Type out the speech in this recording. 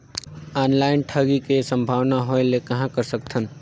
Online ठगी के संभावना होय ले कहां कर सकथन?